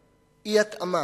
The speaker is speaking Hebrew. אי-התאמה,